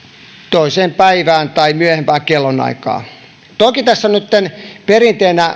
toiseen päivään tai myöhempään kellonaikaan toki tässä salissa nytten on perinteenä